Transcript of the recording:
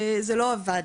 שזה לא עבד,